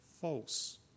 false